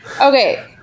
Okay